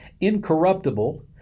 incorruptible